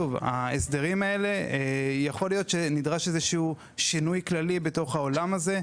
יכול להיות שנדרש שינוי כללי בתוך ההסדרים האלה.